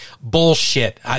bullshit